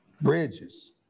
bridges